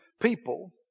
people